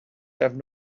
have